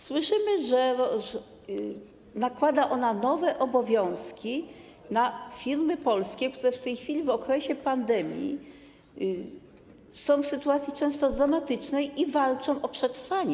Słyszymy bowiem, że nakłada ona nowe obowiązki na firmy polskie, które w tej chwili, w okresie pandemii, są w sytuacji często dramatycznej i walczą o przetrwanie.